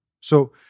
So-